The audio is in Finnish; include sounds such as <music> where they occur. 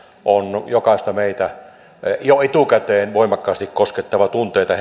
on jokaista meitä jo etukäteen voimakkaasti koskettava tunteita <unintelligible>